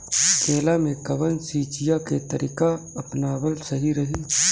केला में कवन सिचीया के तरिका अपनावल सही रही?